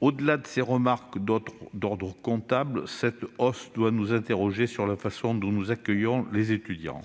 Au-delà de ces remarques d'ordre comptable, cette hausse doit nous interroger sur la façon dont nous accueillons les étudiants.